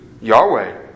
Yahweh